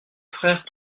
frères